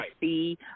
see